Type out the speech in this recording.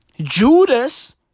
Judas